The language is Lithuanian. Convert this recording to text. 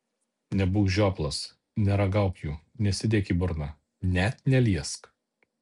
nebūk žioplas neragauk jų nesidėk į burną net neliesk